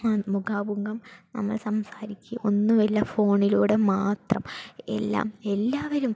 മുഖാമുഖം നമ്മൾ സംസാരിക്കുകയോ ഒന്നുമില്ല ഫോണിലൂടെ മാത്രം എല്ലാം എല്ലാവരും